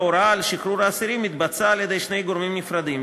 ההוראה לשחרור האסירים התבצעה על-ידי שני גורמים נפרדים,